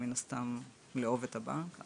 מן הסתם, לאהוב את הבנק.